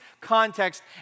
context